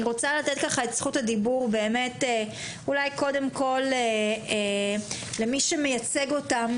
אני רוצה לתת את זכות הדיבור קודם כל למי שמייצג אותם